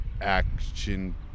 action